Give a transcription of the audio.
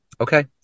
Okay